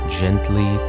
gently